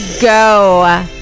go